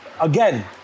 Again